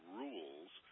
rules